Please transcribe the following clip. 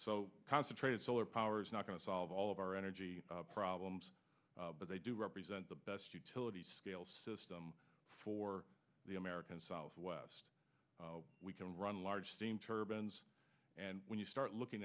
so concentrated solar power is not going to solve all of our energy problems but they do represent the best utility scale system for the american southwest we can run large steam turbines and when you start looking